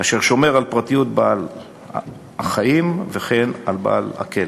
אשר שומר על פרטי בעל-החיים ועל פרטיות בעל הכלב,